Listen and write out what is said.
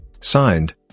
Signed